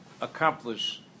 accomplish